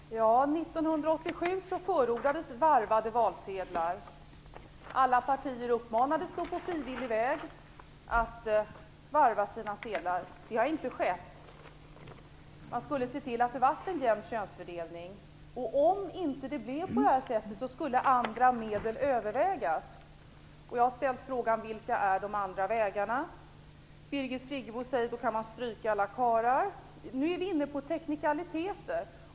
Fru talman! 1987 förordades varvade valsedlar. Alla partier uppmanades att på frivillig väg varva sina valsedlar. Så har inte skett. Man skulle se till att det blev en jämn könsfördelning, och om det inte blev på det sättet skulle andra medel övervägas. Jag har ställt frågan vilka de andra vägarna är. Birgit Friggebo säger att man i så fall kan stryka alla karlar. Då är vi inne på teknikaliteter.